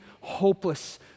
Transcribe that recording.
hopeless